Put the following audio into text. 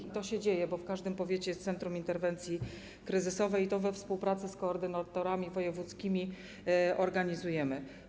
I to się dzieje, bo w każdym powiecie jest centrum interwencji kryzysowej, i to we współpracy z koordynatorami wojewódzkimi organizujemy.